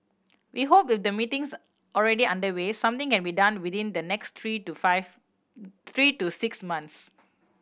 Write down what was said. we hope with the meetings already underway something can be done within the next three to five three to six months